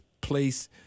place